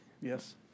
Yes